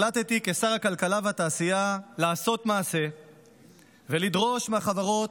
החלטתי כשר הכלכלה והתעשייה לעשות מעשה ולדרוש מהחברות,